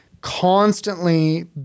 constantly